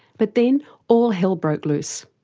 but then all hell broke loose.